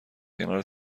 کنار